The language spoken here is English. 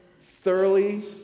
thoroughly